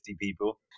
people